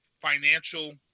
financial